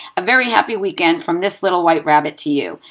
a very happy weekend from this little white rabbit to you.